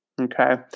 Okay